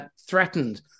threatened